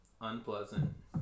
unpleasant